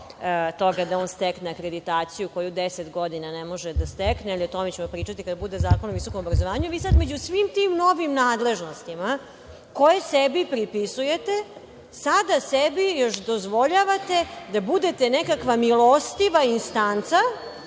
toga da on stekne akreditaciju koju deset godina ne može da stekne. O tome ćemo pričati kada bude Zakon o visokom obrazovanju. Vi sada među svim tim novim nadležnostima koje sebi pripisujete, sada sebi još dozvoljavate da budete nekakva milostiva instanca